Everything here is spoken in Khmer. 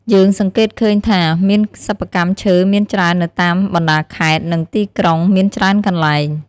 យើងសង្កេតឃើញថាមានសប្បកម្មឈើមានច្រើននៅតាមបណ្តាខេត្ត និងទីក្រុងមានច្រើនកន្លែង។